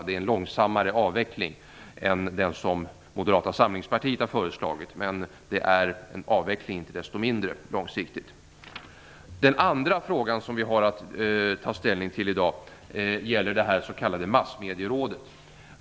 Det är en långsammare avveckling än den som Moderata samlingspartiet har föreslagit, men det är inte desto mindre långsiktig en avveckling. Den andra frågan som vi har att ta ställning till i dag gäller det s.k. massmedierådet.